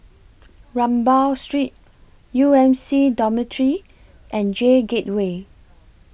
Rambau Street U M C Dormitory and J Gateway